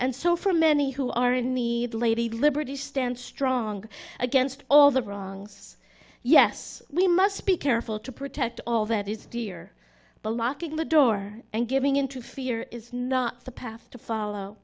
and so for many who are in need lady liberty stand strong against all the wrongs yes we must be careful to protect all that is dear but locking the door and giving in to fear is not the path to follow